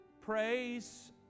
praise